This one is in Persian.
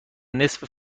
نصف